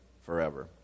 forever